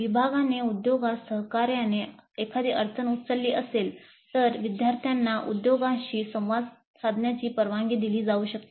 विभागाने उद्योगास सहकार्याने एखादी अडचण उचलली असेल तर विद्यार्थ्यांना उद्योगाशी संवाद साधण्याची परवानगी दिली जाऊ शकते